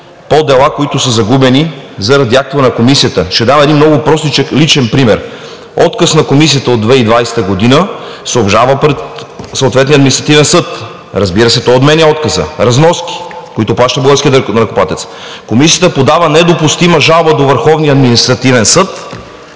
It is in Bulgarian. по дела, които са загубени заради актове на Комисията. Ще дам един много простичък личен пример. Отказ на Комисията от 2020 г. се обжалва пред съответния административен съд. Разбира се, той отменя отказа – разноски, които плаща българският данъкоплатец. Комисията подава недопустима жалба до Върховния административен съд